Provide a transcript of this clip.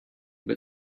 but